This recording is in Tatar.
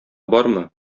бармы